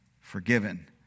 forgiven